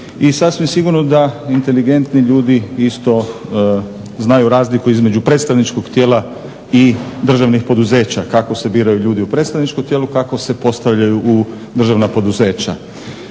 i sasvim sigurno da inteligentni ljudi isto znaju razliku između predstavničkog tijela i državnih poduzeća, kako se biraju ljudi u predstavničkom tijelu, kako se postavljaju u državna poduzeća.